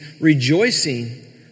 rejoicing